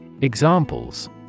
Examples